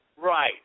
Right